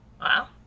Wow